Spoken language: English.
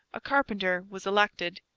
a carpenter, was elected.